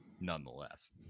nonetheless